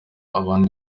abari